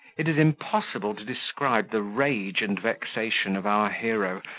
it is impossible to describe the rage and vexation of our hero,